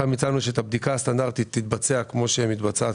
שם הצענו שאת הבדיקה הסטנדרטית תתבצע כמו שמתבצעת